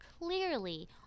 clearly